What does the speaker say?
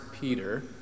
Peter